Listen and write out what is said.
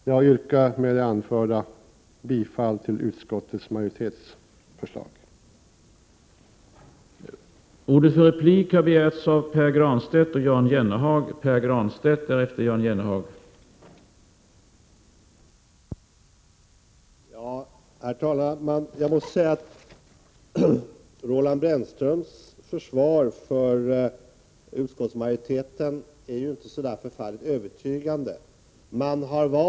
Jag yrkar med det anförda bifall till utskottsmajoritetens förslag.